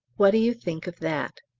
what do you think of that?